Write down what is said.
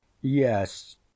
yes